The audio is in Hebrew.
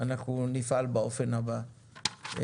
אנחנו נפעל באופן הבא.